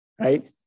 Right